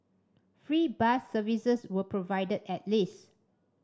free bus services were provided at least